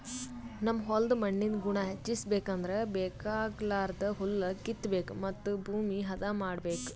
ನಮ್ ಹೋಲ್ದ್ ಮಣ್ಣಿಂದ್ ಗುಣ ಹೆಚಸ್ಬೇಕ್ ಅಂದ್ರ ಬೇಕಾಗಲಾರ್ದ್ ಹುಲ್ಲ ಕಿತ್ತಬೇಕ್ ಮತ್ತ್ ಭೂಮಿ ಹದ ಮಾಡ್ಬೇಕ್